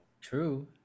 True